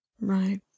Right